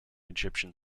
egyptian